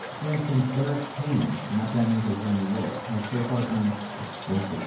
for instance, eric cahan an updown user here in new york, has so far earned, i think,